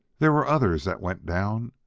there were others that went down,